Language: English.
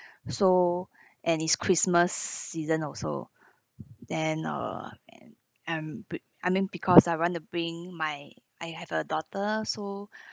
so and is christmas season also then uh and I'm be~ I mean because I want to bring my I have a daughter so